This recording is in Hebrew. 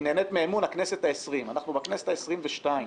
היא נהנית מאמון הכנסת העשרים ואנחנו בכנסת העשרים ושתיים.